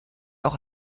auch